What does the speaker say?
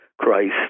Christ